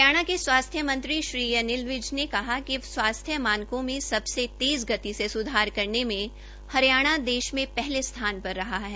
हरियाणा के स्वास्थ्य मंत्री श्री अनिल विज ने कहा कि स्वास्थ्य मानकों में सबसे तेज गति से सुधार करने में हरियाणा देश में पहले स्थान पर रहा है